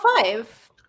five